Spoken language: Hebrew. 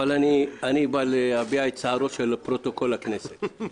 אבל אני בא להביע את צערו של פרוטוקול הכנסת.